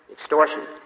extortion